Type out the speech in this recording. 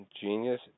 genius